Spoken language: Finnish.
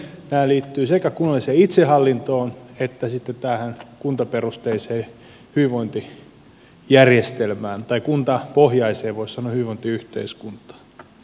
nämä liittyvät sekä kunnalliseen itsehallintoon että sitten tähän kuntaperusteiseen hyvinvointijärjestelmään tai voisi sanoa kuntapohjaiseen hyvinvointiyhteiskuntaan